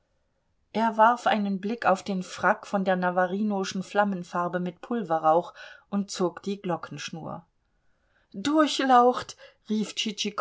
er warf einen blick auf den frack von der navarinoschen flammenfarbe mit pulverrauch und zog die glockenschnur durchlaucht rief